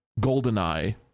Goldeneye